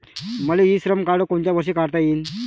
मले इ श्रम कार्ड कोनच्या वर्षी काढता येईन?